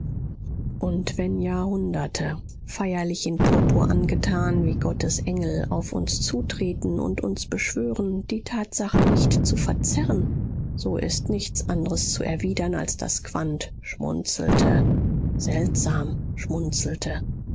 und wenn jahrhunderte feierlich in purpur angetan wie gottes engel auf uns zutreten und uns beschwören die tatsachen nicht zu verzerren so ist nichts andres zu erwidern als daß quandt schmunzelte seltsam schmunzelte